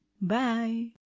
Bye